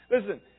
Listen